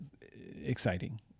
exciting